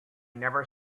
never